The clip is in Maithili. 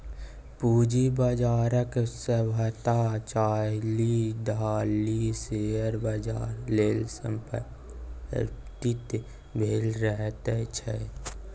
पूंजी बाजारक सभटा चालि ढालि शेयर बाजार लेल समर्पित भेल रहैत छै